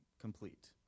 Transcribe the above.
complete